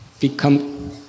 become